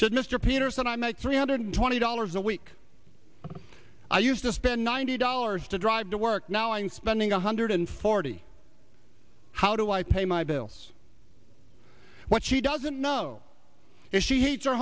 said mr peterson i make three hundred twenty dollars a week i used to spend ninety dollars to drive to work now i'm spending one hundred forty how do i pay my bills what she doesn't know if she hates